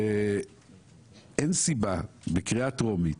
אין סיבה בקריאה טרומית